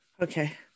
okay